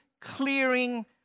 clearing